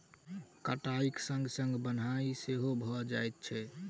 कटाइक संग संग बन्हाइ सेहो भ जाइत छै